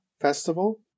Festival